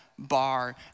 Bar